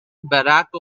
barack